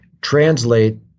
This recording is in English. translate